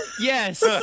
Yes